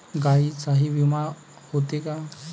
गायींचाही विमा होते का?